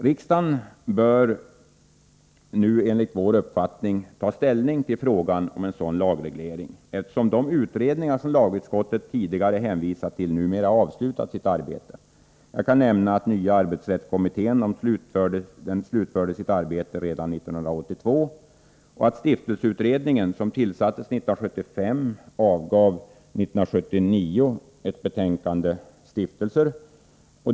Riksdagen bör nu enligt vår uppfattning ta ställning till frågan om sådan lagreglering, eftersom de utrednigar som lagutskottet tidigare hänvisat till numera har avslutat sitt arbete. Jag kan nämna att nya arbetsrättskommittén slutförde sitt arbete redan 1982. Stiftelseutredningen, som tillsattes 1975, avgav 1979 betänkandet Stiftelser.